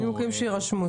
מנימוקים שיירשמו.